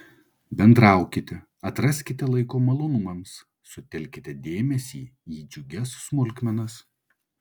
bendraukite atraskite laiko malonumams sutelkite dėmesį į džiugias smulkmenas